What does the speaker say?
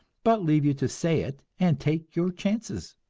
but leave you to say it and take your chances!